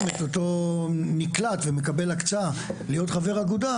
בהצעת החוק הזאת היו בנקודה מסוימת והגיעו לאיזון שהוא הרבה יותר טוב.